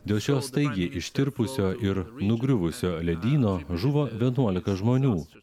dėl šios staigiai ištirpusio ir nugriuvusio ledyno žuvo vienuolika žmonių